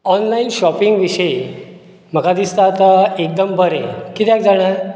online shopping विशयी म्हाका दिसता आतां एकदम बरें कित्याक जाणा